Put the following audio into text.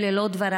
אלה לא דבריי,